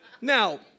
Now